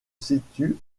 situe